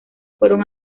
fueron